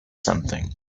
something